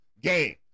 game